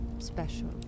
special